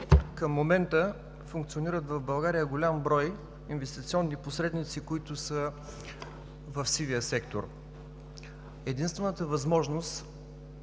Към момента в България функционират голям брой инвестиционни посредници, които са в сивия сектор. Единствената възможност